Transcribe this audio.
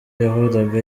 yahoraga